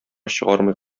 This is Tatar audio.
чыгармый